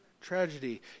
tragedy